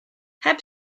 heb